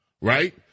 Right